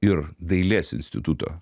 ir dailės instituto